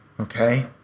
Okay